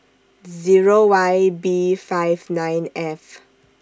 Zero Y B five nine F